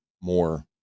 more